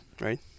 right